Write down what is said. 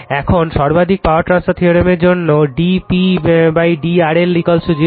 এখন সর্বাধিক power transfer থিওরেমের জন্য d Pd RL0